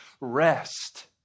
rest